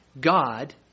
God